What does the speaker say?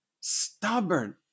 Stubborn